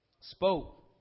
spoke